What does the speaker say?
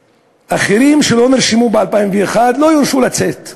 ואחרים, שלא נרשמו ב-2001, לא יורשו לצאת.